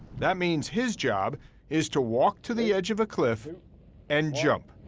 that means his job is to walk to the edge of a cliff and and jump.